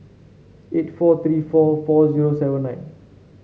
eight four three four four zero seven nine